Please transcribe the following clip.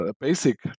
basic